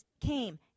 came